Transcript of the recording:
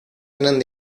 eran